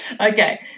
Okay